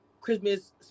Christmas